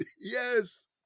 yes